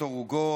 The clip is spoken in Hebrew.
ויקטור הוגו,